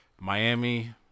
Miami